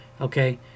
Okay